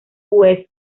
west